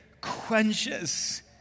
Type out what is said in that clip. quenches